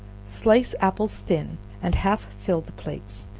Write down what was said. slice apples thin and half fill the plates,